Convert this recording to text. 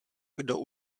kdo